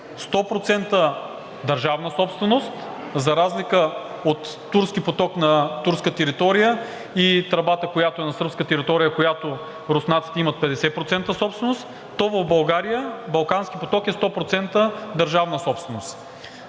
100% държавна собственост, за разлика от Турски поток, на турска територия, и тръбата, която е на сръбска територия, от която руснаците имат 50% собственост, то в България Балкански поток е 100% държавна собственост.